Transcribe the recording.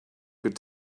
could